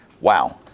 Wow